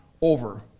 over